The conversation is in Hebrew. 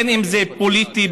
בין שזה פוליטי,